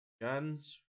Guns